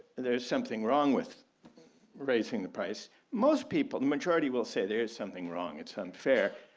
there's something wrong with raising the price. most people majority will say there's something wrong, it's unfair